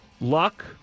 luck